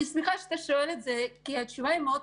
אני שמחה שאתה שואל את זה, כי התשובה מאוד פשוטה.